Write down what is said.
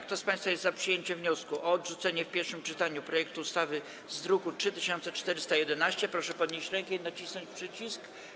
Kto z państwa posłów jest za przyjęciem wniosku o odrzucenie w pierwszym czytaniu projektu ustawy z druku nr 3411, proszę podnieść rękę i nacisnąć przycisk.